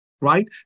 right